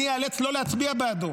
אני איאלץ לא להצביע בעדו.